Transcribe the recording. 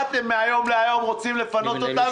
אתם מהיום להיום רוצים לפנות אותנו?